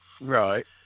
Right